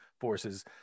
forces